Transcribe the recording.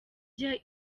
jye